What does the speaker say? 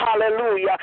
hallelujah